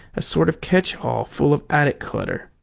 a sort of catch-all full of attic clutter.